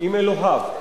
עם אלוהיו.